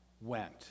went